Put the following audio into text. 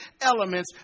elements